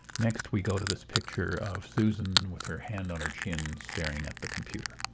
next we go to this picture of susan with her hand on her chin staring at the computer.